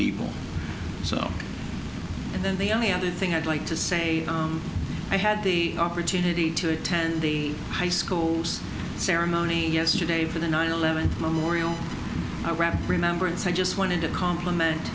people so and then the only other thing i'd like to say i had the opportunity to attend the high school's ceremony yesterday for the nine eleven memorial remembrance i just wanted to compliment